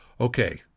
okay